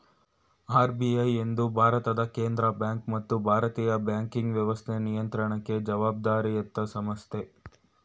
RBI ಎಂದು ಭಾರತದ ಕೇಂದ್ರ ಬ್ಯಾಂಕ್ ಮತ್ತು ಭಾರತೀಯ ಬ್ಯಾಂಕಿಂಗ್ ವ್ಯವಸ್ಥೆ ನಿಯಂತ್ರಣಕ್ಕೆ ಜವಾಬ್ದಾರಿಯತ ಸಂಸ್ಥೆ